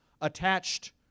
attached